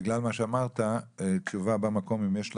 בגלל מה שאמרת, תשובה במקום, אם יש לכם.